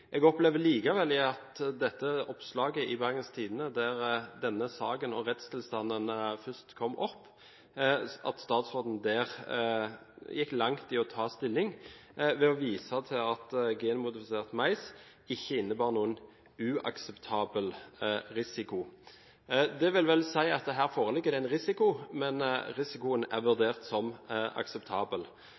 Jeg opplever likevel at statsråden i dette oppslaget i Bergens Tidende, der denne saken og rettstilstanden først kom opp, gikk langt i å ta stilling, ved å vise til at genmodifisert mais ikke innebar noen «uakseptabel risiko». Det vil vel si at her foreligger det en risiko, men risikoen er vurdert som akseptabel.